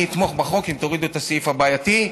אני אתמוך בחוק אם תורידו את הסעיף הבעייתי,